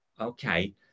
Okay